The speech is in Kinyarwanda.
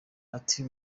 ati